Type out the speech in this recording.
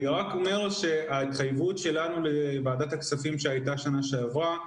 אני רק אומר שההתחייבות שלנו לוועדת הכספים שהייתה שנה שעברה,